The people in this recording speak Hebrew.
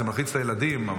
זה מלחיץ את הילדים.